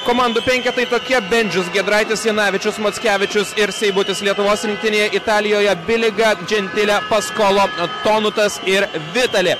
komandų penketai tokie bendžius giedraitis janavičius mockevičius ir seibutis lietuvos rinktinė italijoje biliga džentile paskolo tonutas ir vitali